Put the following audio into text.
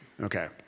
Okay